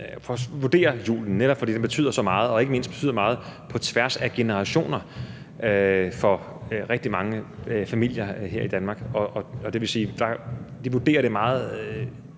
til julen, netop fordi det betyder så meget, og at det ikke mindst betyder så meget på tværs af generationerne for rigtig mange familier her i Danmark. Vi vurderer det meget